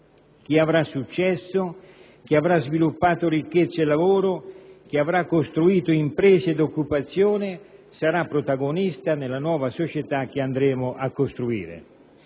Chi avrà successo, chi avrà sviluppato ricchezza e lavoro, chi avrà costruito imprese ed occupazione sarà protagonista nella nuova società che andremo a costruire.